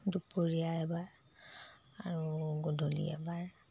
দুপৰীয়া এবাৰ আৰু গধূলি এবাৰ